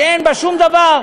שאין בו שום דבר,